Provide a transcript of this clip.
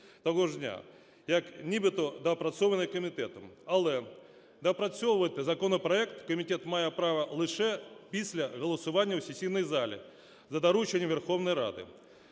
того ж дня як нібито доопрацьований комітетом. Але доопрацьовувати законопроект комітет має право лише після голосування у сесійній залі за дорученням Верховної Ради.